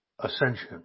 ascension